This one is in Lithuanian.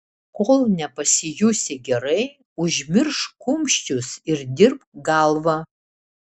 kol nepasijusi gerai užmiršk kumščius ir dirbk galva